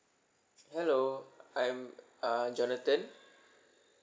hello I am uh jonathan